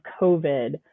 COVID